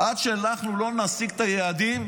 עד שאנחנו לא נשיג את היעדים,